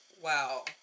wow